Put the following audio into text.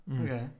Okay